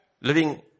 Living